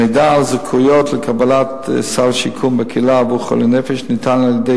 המידע על זכאויות לקבלת סל שיקום בקהילה עבור חולי נפש ניתן על-ידי